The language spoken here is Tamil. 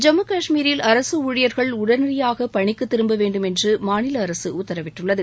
ஜம்மு காஷ்மீரில் அரசு ஊழியர்கள் உடனடியாக பணிக்கு திரும்ப வேண்டும் என்று மாநில அரசு உத்தரவிட்டுள்ளது